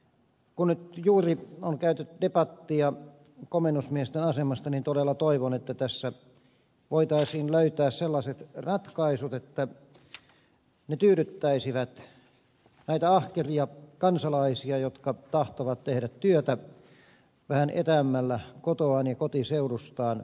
kun nyt juuri on käyty debattia komennusmiesten asemasta niin todella toivon että tässä voitaisiin löytää sellaiset ratkaisut että ne tyydyttäisivät näitä ahkeria kansalaisia jotka tahtovat tehdä työtä vähän etäämmällä kotoaan ja kotiseudustaan